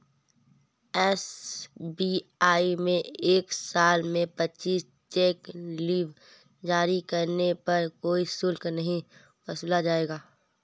SBI में एक साल में पच्चीस चेक लीव जारी करने पर कोई शुल्क नहीं वसूला जाएगा